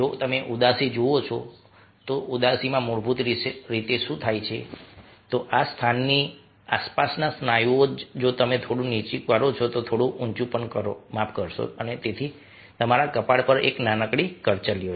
જો તમે ઉદાસી જુઓ છો તો ઉદાસીમાં મૂળભૂત રીતે શું થાય છે કે આ સ્થાનની આસપાસના સ્નાયુઓ જ જો તમે થોડું નીચું કરો છો તો થોડું ઊંચું કરો મને માફ કરશો અને તેથી તમારા કપાળ પર એક નાનકડી કરચલીઓ છે